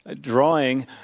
drawing